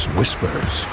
Whispers